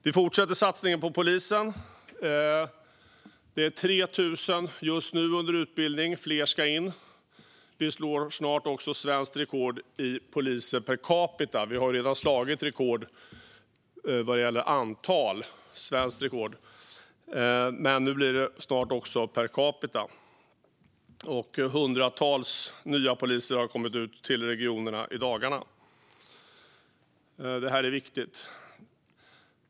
Vi fortsätter satsningen på polisen. Det är just nu 3 000 under utbildning, och fler ska in. Vi slår snart också svenskt rekord i poliser per capita. Vi har redan slagit svenskt rekord vad gäller antal, men nu blir det snart rekord även per capita. Hundratals nya poliser har kommit ut till regionerna i dagarna. Detta är viktigt.